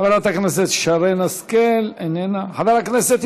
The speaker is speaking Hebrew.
חברת הכנסת שרן השכל, אינה נוכחת,